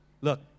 Look